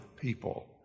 people